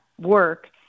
work